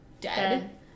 dead